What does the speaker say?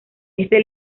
este